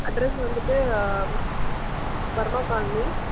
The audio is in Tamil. அட்ரஸ் வந்துவிட்டு பர்மா கால்னி